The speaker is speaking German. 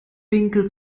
winkel